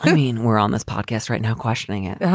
mean we're on this podcast right now questioning it.